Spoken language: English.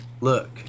look